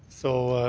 so